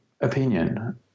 opinion